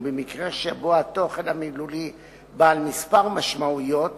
ובמקרה שבו התוכן המילולי בעל כמה משמעויות